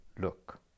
look